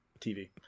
TV